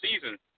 season